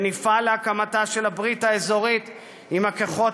ונפעל להקמת ברית אזורית עם הכוחות